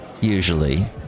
usually